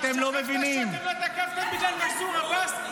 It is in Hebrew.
אתם לא מבינים --- שכחת שאתם לא תקפתם בגלל מנסור עבאס?